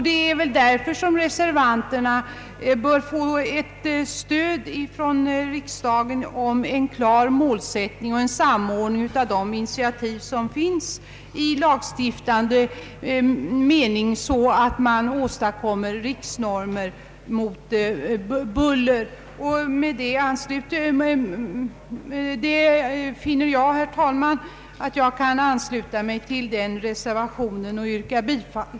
Det är därför som reservanternas förslag bör få stöd från riksdagen i form av en klart uttalad målsättning och ett bifall till en samordning av de initiativ som tagits. Det bör ske genom att man fastställer riksnormer mot buller. Jag finner, herr talman, att jag kan ansluta mig till den till utskottets utlåtande fogade reservationen.